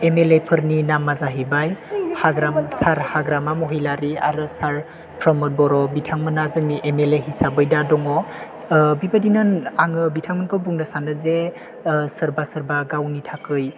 M L A फोरनि नामा जाहैबाय सार हाग्रामा महिलारि आरो सार प्रमद बर' बिथांमोना जोंनि एम एल ए हिसाबै दा दङ बेबायदिनो आं बिथांमोनखौ बुंनो सानो जे सोरबा सोरबा गावनि थाखाय